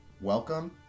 Welcome